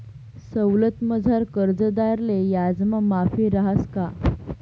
सवलतमझार कर्जदारले याजमा माफी रहास का?